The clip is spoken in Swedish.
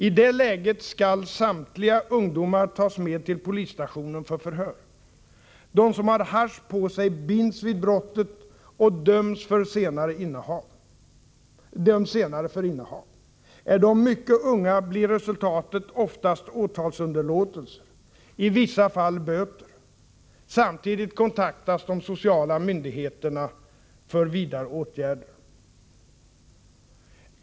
I det läget skall samtliga ungdomar tas med till polisstationen för förhör. De som har hasch på sig binds vid brottet och döms senare för innehav. Är de mycket unga blir resultatet oftast åtalsunderlåtelse, i vissa fall böter. Samtidigt kontaktas de sociala myndigheterna för vidare åtgärder.